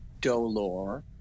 dolor